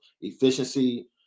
efficiency